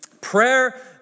Prayer